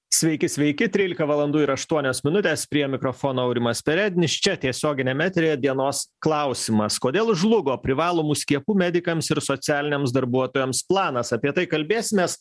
sveiki sveiki trylika valandų ir aštuonios minutės prie mikrofono aurimas perednis čia tiesioginiam eteryje dienos klausimas kodėl žlugo privalomų skiepų medikams ir socialiniams darbuotojams planas apie tai kalbėsimės